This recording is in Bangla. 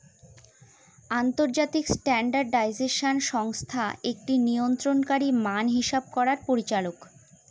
আন্তর্জাতিক স্ট্যান্ডার্ডাইজেশন সংস্থা একটি নিয়ন্ত্রণকারী মান হিসাব করার পরিচালক